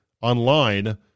online